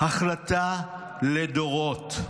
החלטה לדורות.